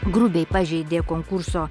grubiai pažeidė konkurso